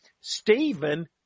Stephen